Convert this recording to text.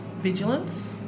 vigilance